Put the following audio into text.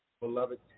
beloved